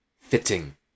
fitting